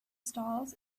stalls